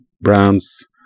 brands